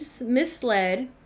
misled